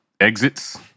exits